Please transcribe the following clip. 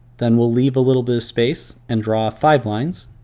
then we'll leave a little bit space and draw five lines.